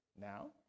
now